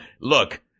look